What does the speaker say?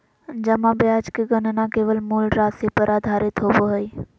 जमा ब्याज के गणना केवल मूल राशि पर आधारित होबो हइ